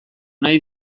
nahi